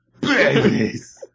Babies